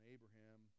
Abraham